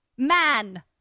Man